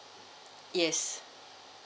yes